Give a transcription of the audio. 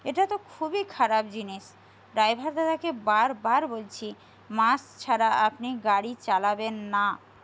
এটা তো খুবই খারাপ জিনিস ড্রাইভার দাদাকে বার বার বলছি মাস্ক ছাড়া আপনি গাড়ি চালাবেন না